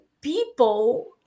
people